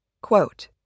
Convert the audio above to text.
quote